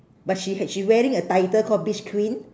but she ha~ she wearing a title called beach queen